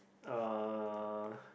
uh